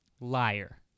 Liar